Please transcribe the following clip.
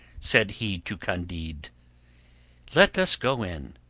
said he to candide let us go in,